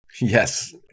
Yes